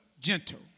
Gentle